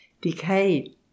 Decay